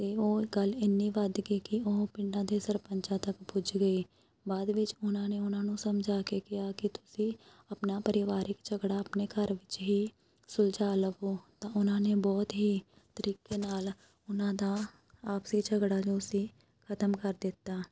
ਅਤੇ ਉਹ ਗੱਲ ਇੰਨੀ ਵੱਧ ਗਈ ਕਿ ਉਹ ਪਿੰਡਾਂ ਦੇ ਸਰਪੰਚਾਂ ਤੱਕ ਪੁੱਜ ਗਈ ਬਾਅਦ ਵਿੱਚ ਉਹਨਾਂ ਨੇ ਉਹਨਾਂ ਨੂੰ ਸਮਝਾ ਕੇ ਕਿਹਾ ਕਿ ਤੁਸੀਂ ਆਪਣਾ ਪਰਿਵਾਰਕ ਝਗੜਾ ਆਪਣੇ ਘਰ ਵਿੱਚ ਹੀ ਸੁਲਝਾ ਲਵੋ ਤਾਂ ਉਹਨਾਂ ਨੇ ਬਹੁਤ ਹੀ ਤਰੀਕੇ ਨਾਲ ਉਹਨਾਂ ਦਾ ਆਪਸੀ ਝਗੜਾ ਜੋ ਸੀ ਖਤਮ ਕਰ ਦਿੱਤਾ